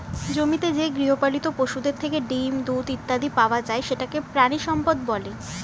জমিতে যে গৃহপালিত পশুদের থেকে ডিম, দুধ ইত্যাদি পাওয়া যায় সেটাকে প্রাণিসম্পদ বলে